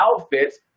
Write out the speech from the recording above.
outfits